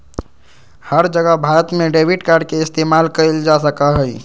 हर जगह भारत में debit card के इस्तेमाल कइल जा सका हई